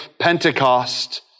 Pentecost